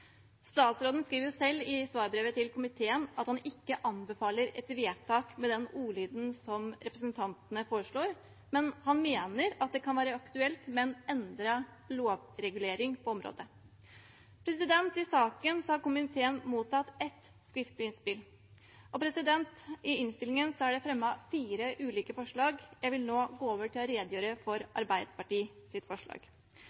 Statsråden skriver selv i svarbrevet til komiteen at han ikke anbefaler et vedtak med den ordlyden som representantene foreslår, men han mener at det kan være aktuelt med en endret lovregulering på området. I saken har komiteen mottatt ett skriftlig innspill. I innstillingen er det fremmet fire ulike forslag. Jeg vil nå gå over til å redegjøre